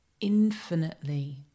infinitely